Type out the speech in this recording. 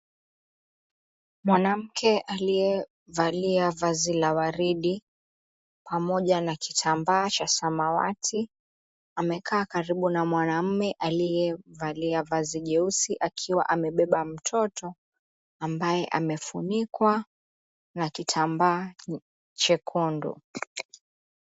Mwanamke aliyevalia vazi la waridi pamoja na kitambaa cha samawati amekaa karibu na mwanaume aliyevalia vazi jeusi akiwa amebeba mtoto ambaye amefunikwa na kitambaa chekundu.